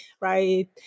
right